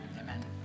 Amen